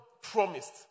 promised